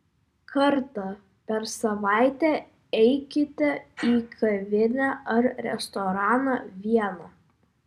kartą per savaitę eikite į kavinę ar restoraną viena